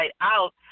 out